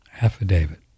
affidavit